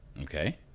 Okay